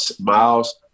miles